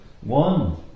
one